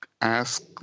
ask